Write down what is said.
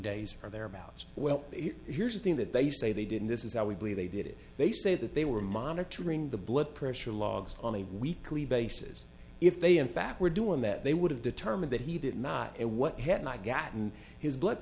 days or thereabouts well here's the thing that they say they didn't this is how we believe they did it they say that they were monitoring the blood pressure logs on a weekly basis if they in fact were doing that they would have determined that he did not get what he had not gotten his blood